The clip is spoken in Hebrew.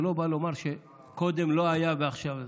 זה לא בא לומר שקודם לא היה ועכשיו כן.